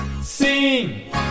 Sing